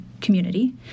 community